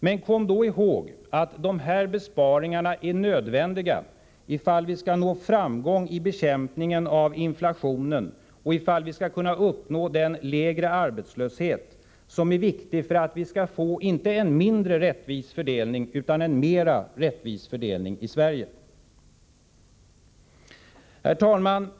Men kom då ihåg att de här besparingarna är nödvändiga ifall vi skall nå framgång i bekämpningen av inflationen och om vi skall kunna uppnå den lägre arbetslöshetsnivå som är så viktig för att vi skall få inte en mindre rättvis fördelning utan en mer rättvis fördelning i Sverige. Herr talman!